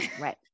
Right